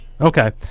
Okay